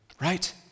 Right